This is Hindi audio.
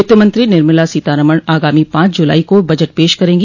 वित्तमंत्री निर्मला सीतारमण आगामी पांच जुलाई को बजट पेश करेंगी